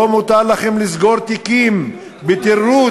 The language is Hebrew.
לא מותר לכם לסגור תיקים בתירוץ,